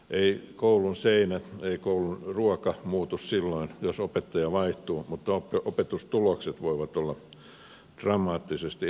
ei koulun seinät ei koulun ruoka muutu silloin jos opettaja vaihtuu mutta opetustulokset voivat olla dramaattisesti erilaisia